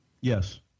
yes